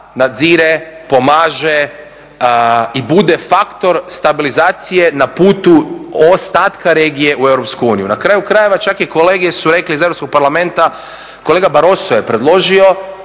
nadzire, pomaže i bude faktor stabilizacije na putu ostatka regije u EU. Na kraju krajeva čak i kolege iz Europskog parlamenta su rekli kolega Barroso je predložio